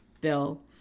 bill